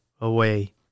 away